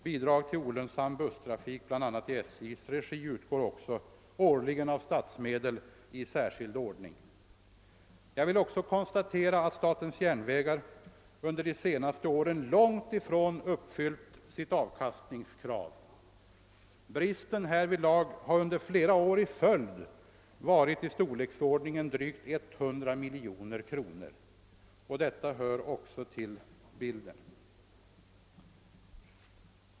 Bidrag till olönsam busstrafik, bl.a. i SJ:s regi, utgår också årligen av statsmedel i särskild ordning. Jag vill vidare konstatera att statens järnvägar under de senaste åren långtifrån uppfyllt det uppställda avkastningskravet. Bristen härvidlag har flera år i följd varit av storleksordningen drygt 100 miljoner kronor. Detta hör också till bilden.